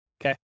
okay